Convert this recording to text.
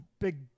big